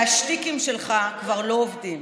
והשטיקים שלך כבר לא עובדים.